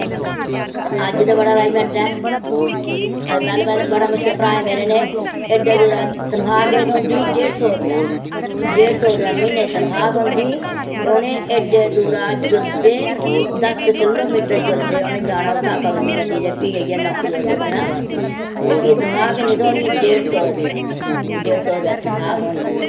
ते अज्ज ते बड़ा अरेंज़मैंट ऐ ते पैह्लें पैह्लें बड़ा मुश्कल भ्रांऐं मेरे नै एड्डे दूरा तन्खाह् केह् थ्होंदी ही डेढ़ सौ रपेआ डेढ़ सौ रपेआ म्हीनै दी तन्खाह् थ्होंदी ही ते उनें एड्डे दूरा जुल्लदे ते दस्स किलोमीटर उनें जुल्लदे जाना ते उत्थां थ्होनी गड्डी ते भी जाइयै नौकरी पर पुज्जना ते भी तन्खाह् किन्नी थ्होनी डेढ़ सौ रपेआ डेढ़ सौ रपेआ तन्खाह् थ्होनी होनी